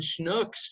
Schnooks